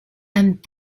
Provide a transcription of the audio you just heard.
and